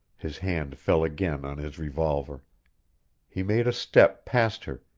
his hand fell again on his revolver he made a step past her,